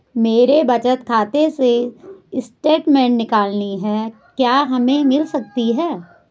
मेरे बचत खाते से स्टेटमेंट निकालनी है क्या हमें मिल सकती है?